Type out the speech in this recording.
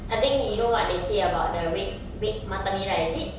I think you know what they say about the red red mata merah is it